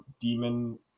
demon